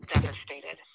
devastated